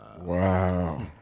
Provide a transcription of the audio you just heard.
Wow